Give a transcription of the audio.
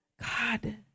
God